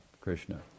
Krishna